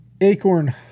acorn